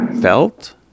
felt